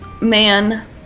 man